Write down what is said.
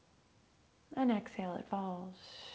and exhale it falls.